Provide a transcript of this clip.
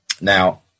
Now